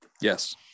Yes